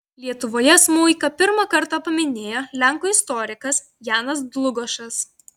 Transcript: lietuvoje smuiką pirmą kartą paminėjo lenkų istorikas janas dlugošas